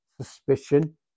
Suspicion